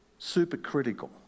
supercritical